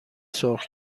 سرخ